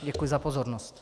Děkuji za pozornost.